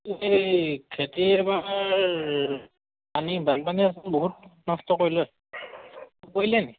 এই খেতি এইবাৰ পানী বানপানী আছে বহুত নষ্ট কৰিলে কৰিলে নি